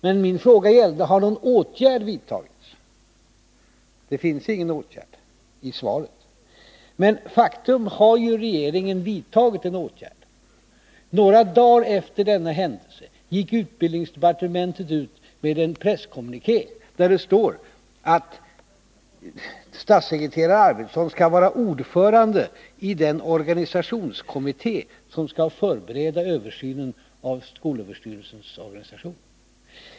Men min fråga var: Har någon åtgärd vidtagits? Det finns ingen åtgärd redovisad i svaret, men faktum är att regeringen har vidtagit en åtgärd. Några dagar efter denna händelse gick utbildningsdepartementet ut med en presskommuniké, där det står att statssekreterare Arfwedson skall vara ordförande i den organisationskommitté som skall förbereda översynen av skolöverstyrelsens organisation.